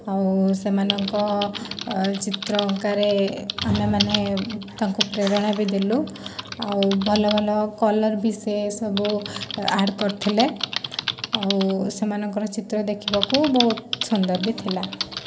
ଆଉ ସେମାନଙ୍କ ଚିତ୍ର ଅଙ୍କାରେ ଆମେମାନେ ତାଙ୍କୁ ପ୍ରେରଣା ବି ଦେଲୁ ଆଉ ଭଲଭଲ କଲର୍ ବି ସେ ସବୁ ଆଡ଼୍ କରଥିଲେ ଆଉ ସେମାନଙ୍କର ଚିତ୍ର ଦେଖିବାକୁ ବହୁତ ସୁନ୍ଦର ବି ଥିଲା